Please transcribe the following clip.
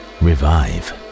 revive